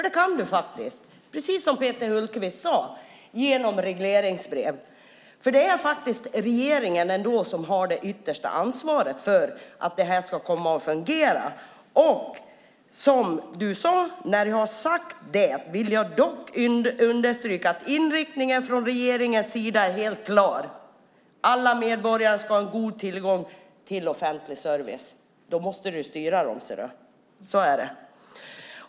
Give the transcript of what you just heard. Det kan du faktiskt göra, precis som Peter Hultqvist sade, genom regleringsbrev. Det är regeringen som har det yttersta ansvaret för att detta ska fungera. I ditt svar sade du: "När jag har sagt det vill jag dock understryka att inriktningen från regeringens sida är helt klar: Alla medborgare ska ha en god tillgång till offentlig service." Då måste du ju styra dessa myndigheter. Så är det.